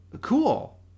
cool